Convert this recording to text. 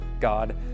God